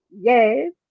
yes